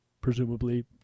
presumably